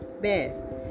bear